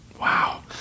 Wow